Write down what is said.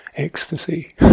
ecstasy